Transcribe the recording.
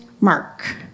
Mark